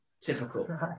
typical